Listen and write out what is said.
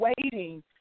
waiting